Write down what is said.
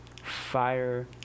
fire